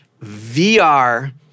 VR